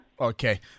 Okay